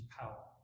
power